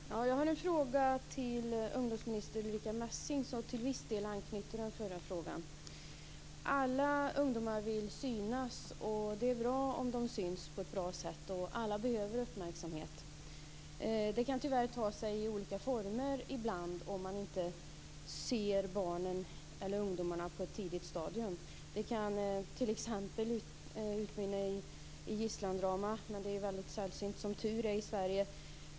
Fru talman! Jag har en fråga till ungdomsminister Ulrica Messing som till viss del anknyter till den förra frågan. Alla ungdomar vill synas, och det är bra om de syns på ett bra sätt. Alla behöver uppmärksamhet. Det kan tyvärr ta sig olika former ibland om man inte ser barnen eller ungdomarna på ett tidigt stadium. Det kan t.ex. utmynna i gisslandramer, men det är som tur är väldigt sällsynt i Sverige.